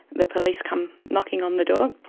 the police come knocking on the door,